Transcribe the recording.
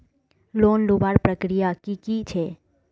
Loan लुबार प्रक्रिया की की छे?